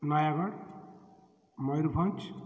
Nayagarh Mayurbhanj